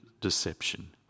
deception